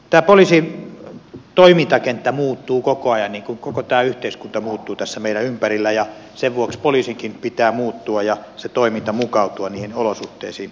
tämä poliisin toimintakenttä muuttuu koko ajan niin kuin koko tämä yhteiskunta muuttuu tässä meidän ympärillä ja sen vuoksi poliisinkin pitää muuttua ja sen toiminnan mukautua niihin olosuhteisiin